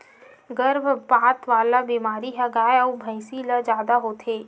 गरभपात वाला बेमारी ह गाय अउ भइसी ल जादा होथे